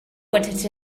what